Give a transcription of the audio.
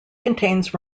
contains